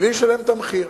בלי לשלם את המחיר.